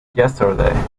yesterday